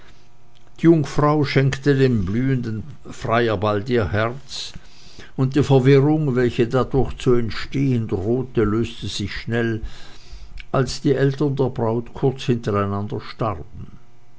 jungfrau schenkte dem blühenden freier bald ihr herz und die verwirrung welche dadurch zu entstehen drohte löste sich schnell als die eltern der braut kurz hintereinander starben